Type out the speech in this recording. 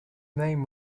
name